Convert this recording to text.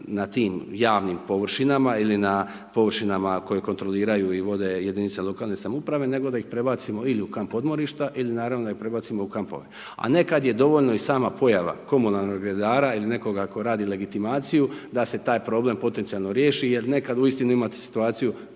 na tim javnim površinama ili na površinama koje kontroliraju i vode jedinice lokalne samouprave, nego da ih prebacimo ili u kamp odmorišta ili naravno da ih prebacimo u kampove. A nekad je dovoljna sama pojava komunalnog redara ili nekoga tko radi legitimaciju da se taj problem potencijalno riješi jer nekad uistinu imate situaciju